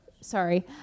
sorry